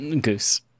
goose